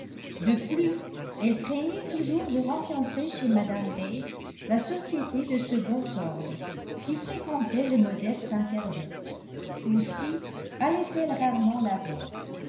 de plus elle craignait toujours de rencontrer chez mme bates la société de second ordre qui fréquentait le modeste intérieur aussi allait elle rarement la voir